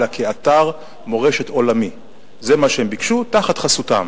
אלא כאתר מורשת עולמי תחת חסותם.